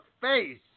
face